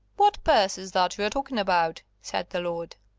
what purse is that you are talking about? said the lord.